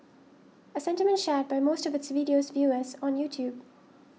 a sentiment shared by most of its video's viewers on YouTube